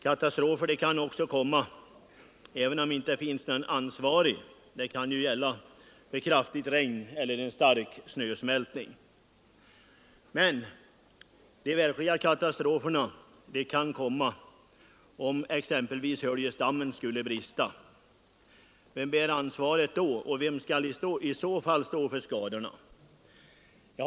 Katastrofer kan också komma utan att det finns någon ansvarig — det kan gälla vid kraftigt regn eller stark snösmältning. En verklig katastrof kan vållas om exempelvis Höljesdammen skulle brista. Vem bär ansvaret då, och vem skall i så fall stå för skadekostnaderna?